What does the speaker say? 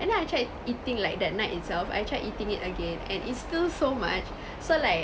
and then I tried eating like that night itself I tried eating it again and it's still so much so like